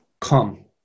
come